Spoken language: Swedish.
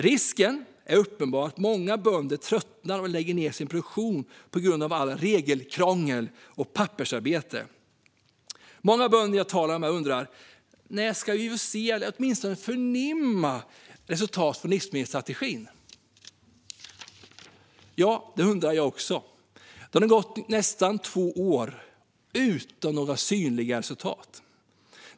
Risken är uppenbar att många bönder tröttnar och lägger ned sin produktion på grund av allt regelkrångel och pappersarbete. Många bönder jag har talat med undrar: När ska vi se eller åtminstone förnimma resultatet av livsmedelsstrategin? Ja, det undrar jag också. Det har nu gått nästan två år utan några synliga resultat.